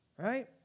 right